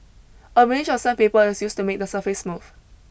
a range of sandpaper is used to make the surface smooth